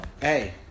Hey